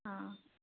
ꯑꯥ